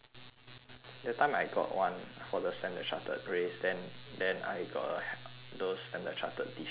that time I got one for the standard chartered race then then I got uh those standard chartered T-shirt also